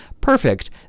perfect